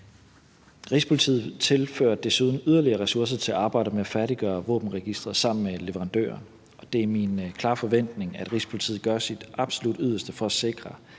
Rigspolitiet tilfører desuden yderligere ressourcer til arbejdet med at færdiggøre våbenregisteret sammen med leverandøren, og det er min klare forventning, at Rigspolitiet gør sit absolut yderste for at sikre,